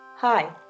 Hi